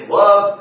love